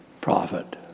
prophet